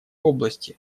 области